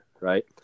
right